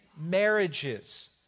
marriages